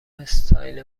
استایل